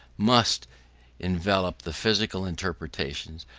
must envelop the physical interpretation,